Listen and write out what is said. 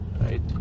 right